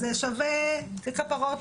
אז זה שווה לכפרות.